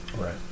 Right